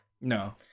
No